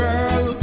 Girl